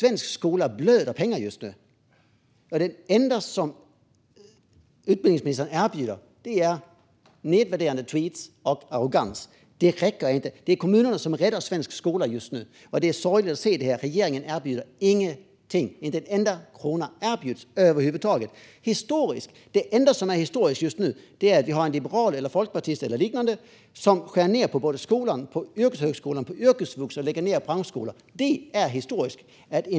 Svensk skola blöder pengar just nu, och det enda utbildningsministern erbjuder är nedvärderande tweetar och arrogans. Det räcker inte. Det är kommunerna som räddar svensk skola just nu, och det är sorgligt att se att regeringen inte erbjuder en enda krona. Det enda som är historiskt just nu är att vi har en liberal eller folkpartist eller liknande som skär ned på både skolan, yrkeshögskolan och yrkesvux och som lägger ned branschskolor. Det är historiskt.